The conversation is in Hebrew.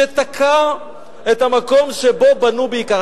שתקע את המקום שבו בנו בעיקר.